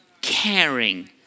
caring